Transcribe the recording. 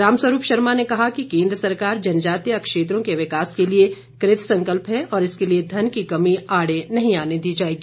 रामस्वरूप शर्मा ने कहा कि केन्द्र सरकार जनजातीय क्षेत्रों के विकास के लिए कृतसंकल्प है और इसके लिए धन की कमी आड़े नही आने दी जाएगी